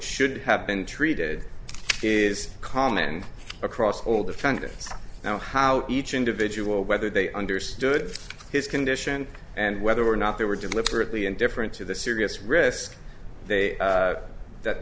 should have been treated is common across all defendants now how each individual whether they understood his condition and whether or not they were deliberately indifferent to the serious risk they that th